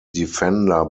defender